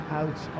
out